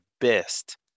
best